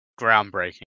groundbreaking